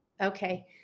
Okay